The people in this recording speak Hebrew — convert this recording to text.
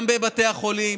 גם בבתי החולים,